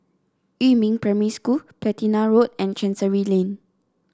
Yumin Primary School Platina Road and Chancery Lane